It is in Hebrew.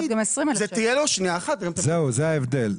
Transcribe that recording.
זה ההבדל.